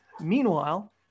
Meanwhile